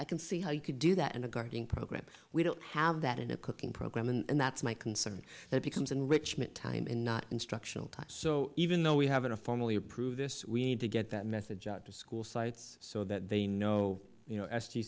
i can see how you could do that in a gardening program we don't have that in a cooking program and that's my concern that becomes enrichment time and not instructional time so even though we have a formally approve this we need to get that message out to school sites so that they know you know